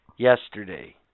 Yesterday